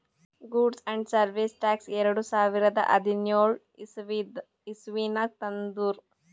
goods and service tax ಎರಡು ಸಾವಿರದ ಹದಿನ್ಯೋಳ್ ಇಸವಿನಾಗ್ ತಂದುರ್